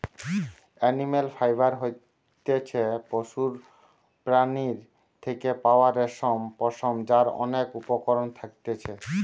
animal fibre হতিছে পশুর প্রাণীর থেকে পাওয়া রেশম, পশম যার অনেক উপকরণ থাকতিছে